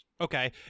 okay